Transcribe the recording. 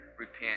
Repent